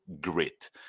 grit